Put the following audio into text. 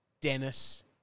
Dennis